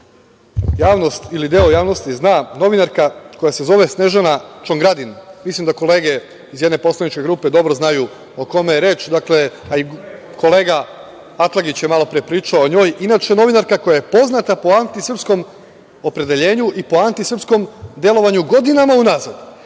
javnost ili deo javnosti zna, novinarka koja se zove Snežana Čongradin, mislim da kolege iz jedne poslaničke grupe dobro znaju o kome je reč, a i kolega Atlagić je malo pre pričao o njoj, inače novinarka koja je poznata po antisrpskom opredeljenju i po antisrpskom delovanju godinama unazad,